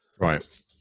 Right